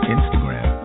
Instagram